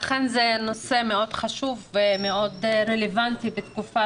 אכן זה נושא מאוד חשוב ומאוד רלוונטי בתקופה